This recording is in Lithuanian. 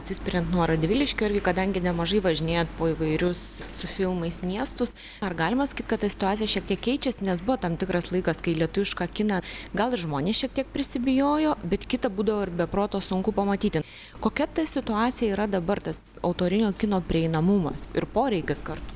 atsispiriant nuo radviliškio irgi kadangi nemažai važinėjat po įvairius su filmais miestus ar galima sakyt kad ta situacija šiek tiek keičiasi nes buvo tam tikras laikas kai lietuvišką kiną gal ir žmonės šiek tiek prisibijojo bet kita būdavo ir be proto sunku pamatyti kokia ta situacija yra dabar tas autorinio kino prieinamumas ir poreikis kartu